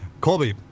Colby